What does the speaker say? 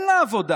אין לה עבודה.